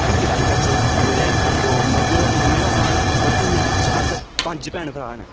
family दी गल्ल करचै मेरे दो मम्मी भापा न होर इ'यां अस पंज भैन भ्राऽ न